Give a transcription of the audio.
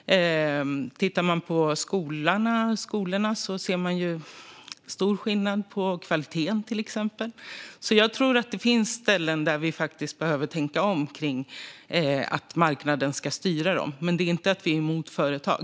Om man tittar på skolorna ser man stor skillnad i kvalitet, till exempel. Jag tror att det finns ställen där vi faktiskt behöver tänka om i fråga om huruvida marknaden ska styra dem. Men det innebär inte att vi är emot företag.